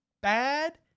bad